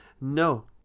No